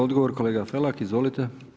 Odgovor kolega Felak, izvolite.